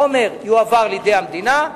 החומר יועבר לידי המדינה,